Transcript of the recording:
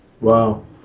Wow